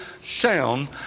sound